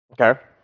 Okay